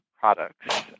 products